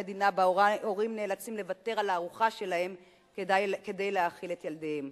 למדינה שבה הורים נאלצים לוותר על הארוחה שלהם כדי להאכיל את ילדיהם,